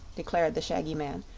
declared the shaggy man,